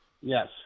Yes